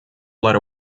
led